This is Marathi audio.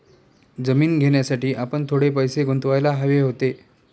जमीन घेण्यासाठी आपण थोडे पैसे गुंतवायला हवे होते